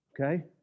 Okay